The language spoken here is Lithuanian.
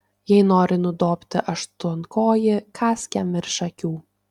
jei nori nudobti aštuonkojį kąsk jam virš akių